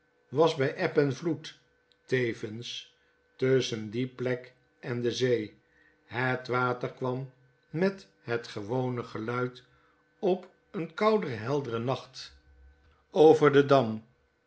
was by eb en vloed tevens tusschen die plek en de zee het water kwam met het gewone geluid op een kouden helderen nacht over den